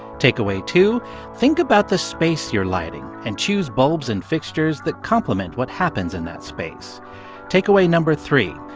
takeaway two think about the space you're lighting, and choose bulbs and fixtures that complement what happens in that space takeaway number three,